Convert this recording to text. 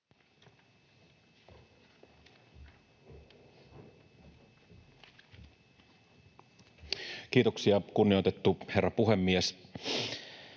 Kiitoksia, kunnioitettu herra puhemies!